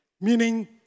Meaning